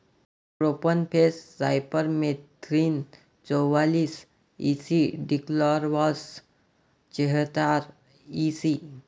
profenofos cypermethrin चौवालीस E C dichlorvos चेहतार EC